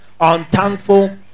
unthankful